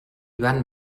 van